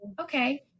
Okay